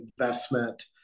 investment